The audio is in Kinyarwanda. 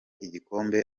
igikombe